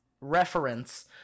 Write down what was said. reference